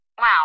Wow